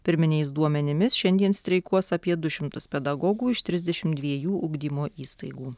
pirminiais duomenimis šiandien streikuos apie du šimtus pedagogų iš trisdešimt dviejų ugdymo įstaigų